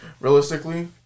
Realistically